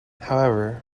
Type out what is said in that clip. however